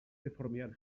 perfformiad